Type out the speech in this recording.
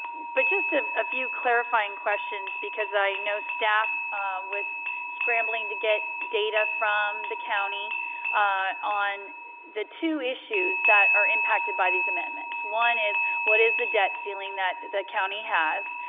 but just a few clarifying questions because i know staff was scrambing to get data from the county on the two issues that are impacted by these amendments. one is what is the debt ceiling that the county has.